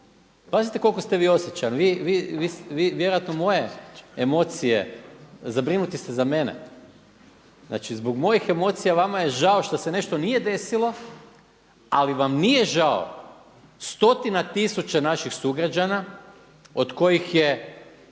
pazite koliko ste vi osjećajni. Vi vjerojatno moje emocije zabrinuti ste za mene, znači zbog mojih emocija vama je žao što se nešto nije desilo, ali vam nije žao stotina tisuća naših sugrađana od kojih je